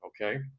okay